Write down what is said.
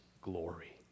glory